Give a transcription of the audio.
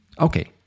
Okay